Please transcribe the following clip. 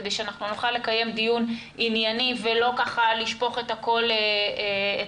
כדי שנוכל לקיים דיון ענייני ולא לשפוך את הכול פנימה.